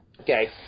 Okay